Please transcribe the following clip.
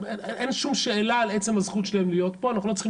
אין שום